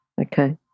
Okay